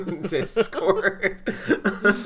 Discord